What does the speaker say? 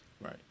Right